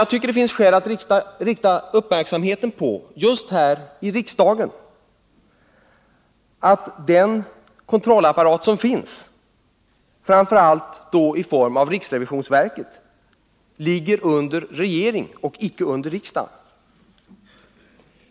Jag tycker det finns skäl att just här i riksdagen rikta uppmärksamheten på att den kontrollapparat som finns, framför allt i form av riksrevisionsverket, ligger under regeringen och icke under riksdagen.